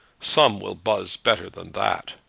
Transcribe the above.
some will buzz better than that.